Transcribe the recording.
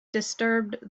disturbed